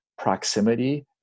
proximity